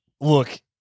Look